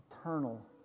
eternal